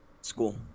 school